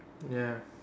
ya